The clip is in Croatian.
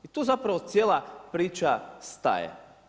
I tu zapravo cijela priča staje.